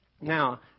Now